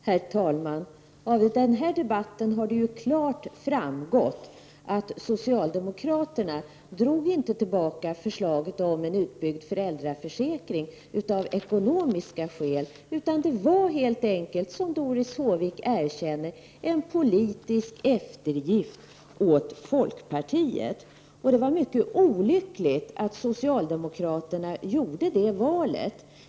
Herr talman! Av den här debatten har det klart framgått att socialdemokraterna inte drog tillbaka förslaget om en utbyggd föräldraförsäkring av ekonomiska skäl, utan det var helt enkelt, som Doris Håvik erkänner, en politisk eftergift åt folkpartiet. Det var mycket olyckligt att socialdemokraterna gjorde det valet.